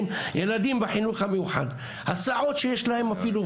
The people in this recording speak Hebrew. ילדים בחינוך המיוחד לא מדברים אפילו על התנאים שלהם בהסעות שיש להם.